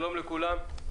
שלום לכולם.